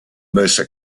mercer